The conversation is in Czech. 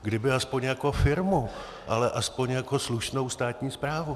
Kdyby aspoň jako firmu, ale aspoň jako slušnou státní správu.